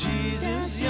Jesus